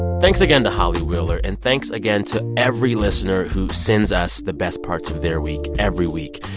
thanks again to holly wheeler. and thanks again to every listener who sends us the best parts of their week every week.